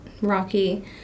rocky